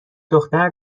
دختر